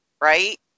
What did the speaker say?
right